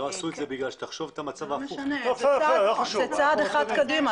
זה צעד אחד קדימה.